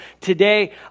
today